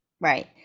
right